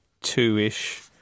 two-ish